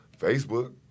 Facebook